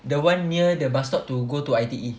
the one near the bus stop to go to I_T_E